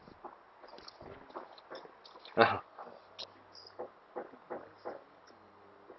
(uh huh)